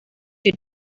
two